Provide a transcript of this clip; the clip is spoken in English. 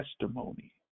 testimony